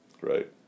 right